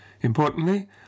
Importantly